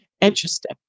Interesting